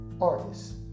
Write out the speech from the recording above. artists